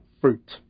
fruit